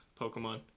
Pokemon